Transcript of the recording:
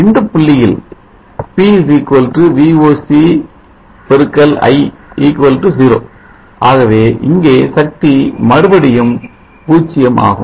இந்தபுள்ளியில் P Voc x i 0 ஆகவே இங்கே சக்தி மறுபடியும் 0 ஆகும்